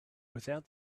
without